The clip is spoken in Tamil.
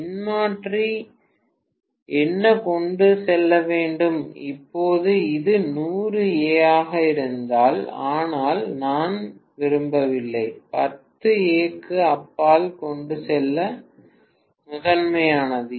மின்மாற்றி என்ன கொண்டு செல்ல வேண்டும் இப்போது இது 100 A ஆக இருந்தால் ஆனால் நான் விரும்பவில்லை 10 A க்கு அப்பால் கொண்டு செல்ல முதன்மையானது